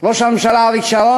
ראש הממשלה אריק שרון,